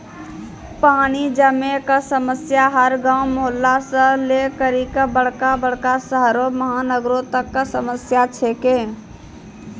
पानी जमै कॅ समस्या हर गांव, मुहल्ला सॅ लै करिकॅ बड़का बड़का शहरो महानगरों तक कॅ समस्या छै के